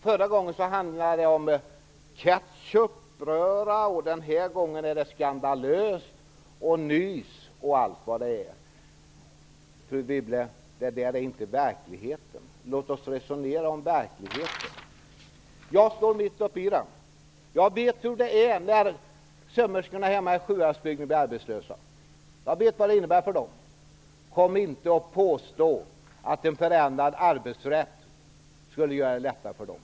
Förra gången handlade det om ketchupröra, och den här gången är det skandalöst och nys m.m. Fru Wibble, detta är inte verkligheten. Låt oss resonera om verkligheten. Jag står mitt i den. Jag vet vad det innebär för sömmerskorna hemma i Sjuhäradsbygden när de blir arbetslösa. Kom inte och påstå att en förändring av arbetsrätten skulle göra det lättare för dem.